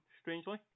strangely